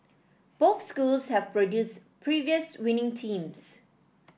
both schools have produced previous winning teams